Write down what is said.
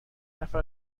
نفر